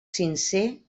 sincer